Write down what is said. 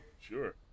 Sure